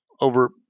over